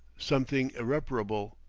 something irreparable.